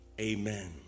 amen